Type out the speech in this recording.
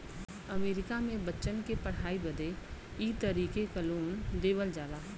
अमरीका मे बच्चन की पढ़ाई बदे ई तरीके क लोन देवल जाला